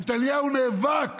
נתניהו נאבק.